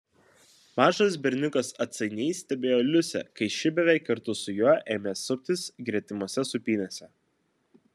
mažas berniukas atsainiai stebėjo liusę kai ši beveik kartu su juo ėmė suptis gretimose sūpynėse